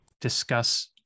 discuss